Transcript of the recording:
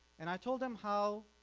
and i told them how